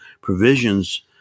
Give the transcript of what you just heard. provisions